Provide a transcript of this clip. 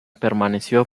permaneció